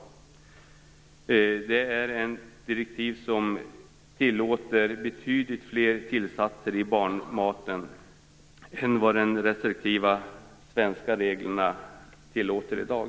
Direktivet tillåter betydligt fler tillsatser i barnmaten än vad de restriktiva svenska reglerna gör i dag.